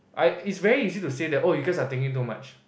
I it's very easy to say that oh you guys are thinking too much